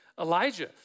Elijah